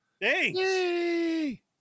Thanks